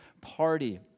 party